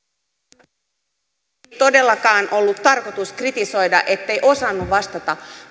arvoisa todellakaan ollut tarkoitus kritisoida ettette osannut vastata